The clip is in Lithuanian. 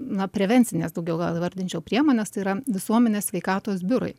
na prevencinės daugiau gal įvardinčiau priemonės tai yra visuomenės sveikatos biurai